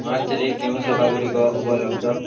ମାର୍ଚ୍ଚରେ କେଉଁ ସଭାଗୁଡ଼ିକ ଉପଲବ୍ଧ